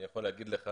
אני יכול להגיד לך